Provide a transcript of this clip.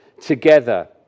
together